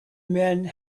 men